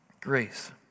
Grace